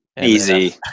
Easy